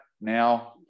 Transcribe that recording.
now